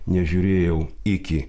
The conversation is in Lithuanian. nežiūrėjau iki